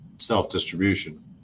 self-distribution